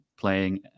playing